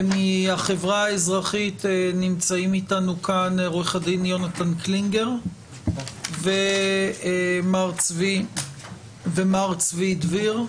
מהחברה האזרחית נמצאים איתנו עו"ד יהונתן קלינגר ומר צבי דביר,